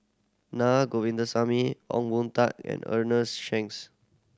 Na Govindasamy Ong Boon Tat and Ernest Shanks